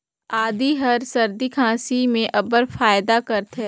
आदी हर सरदी खांसी में अब्बड़ फएदा करथे